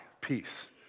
peace